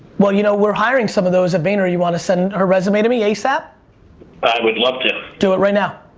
well you know, we're hiring some of those at vayner. you want to send her resume to me asap? i would love to. do it right now.